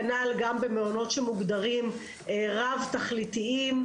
כנ"ל גם במעונות שמוגדרים רב תכליתיים,